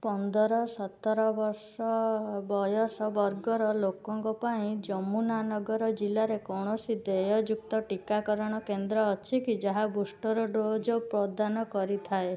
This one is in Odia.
ପନ୍ଦର ସତର ବର୍ଷ ବୟସ ବର୍ଗର ଲୋକଙ୍କ ପାଇଁ ଯମୁନାନଗର ଜିଲ୍ଲାରେ କୌଣସି ଦେୟଯୁକ୍ତ ଟିକାକରଣ କେନ୍ଦ୍ର ଅଛି କି ଯାହା ବୁଷ୍ଟର ଡୋଜ୍ ପ୍ରଦାନ କରିଥାଏ